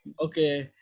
Okay